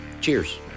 Cheers